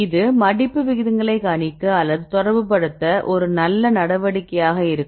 இது மடிப்பு விகிதங்களை கணிக்க அல்லது தொடர்புபடுத்த ஒரு நல்ல நடவடிக்கையாக இருக்கும்